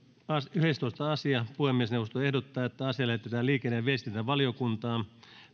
yhdestoista asia puhemiesneuvosto ehdottaa että asia lähetetään liikenne ja viestintävaliokuntaan